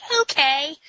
Okay